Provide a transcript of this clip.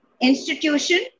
institution